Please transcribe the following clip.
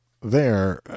There